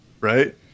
right